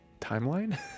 timeline